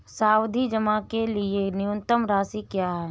सावधि जमा के लिए न्यूनतम राशि क्या है?